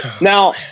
Now